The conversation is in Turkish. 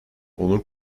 onur